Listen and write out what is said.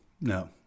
No